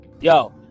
yo